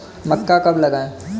मक्का कब लगाएँ?